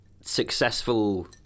successful